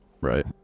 right